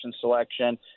selection